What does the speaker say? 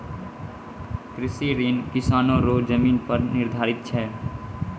कृषि ऋण किसानो रो जमीन पर निर्धारित छै